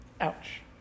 Ouch